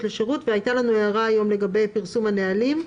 לשירות." הייתה לנו היום הערה לגבי פרסום הנהלים,